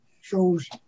shows